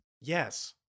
Yes